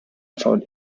found